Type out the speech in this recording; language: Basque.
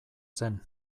zen